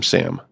Sam